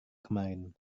kemarin